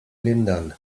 lindern